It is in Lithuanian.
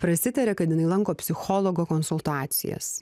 prasitaria kad jinai lanko psichologo konsultacijas